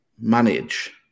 manage